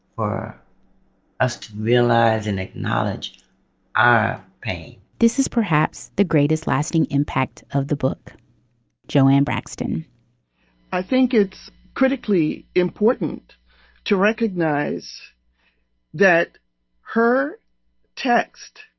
for us to realize and acknowledge pain this is perhaps the greatest lasting impact of the book joanne braxton i think it's critically important to recognize that her text